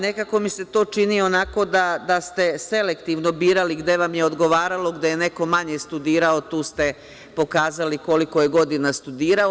Nekako mi se to čini onako da ste selektivno birali gde vam je odgovaralo, gde je neko manje studirao tu ste pokazali koliko je godina studirao.